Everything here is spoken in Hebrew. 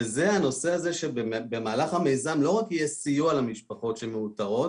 וזה הנושא שבמהלך המיזם לא רק יהיה סיוע למשפחות שמאותרות,